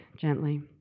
gently